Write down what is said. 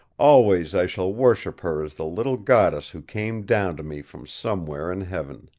always i shall worship her as the little goddess who came down to me from somewhere in heaven!